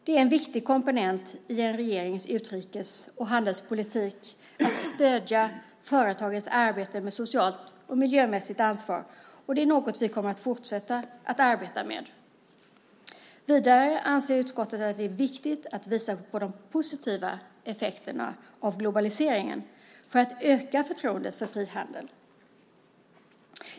Det är en viktig komponent i en regerings utrikes och handelspolitik att stödja företagens arbete med socialt och miljömässigt ansvar, och det är något vi kommer att fortsätta att arbeta med. Vidare anser utskottet att det är viktigt att visa på de positiva effekterna av globaliseringen för att öka förtroendet för frihandel.